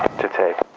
to tape,